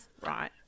right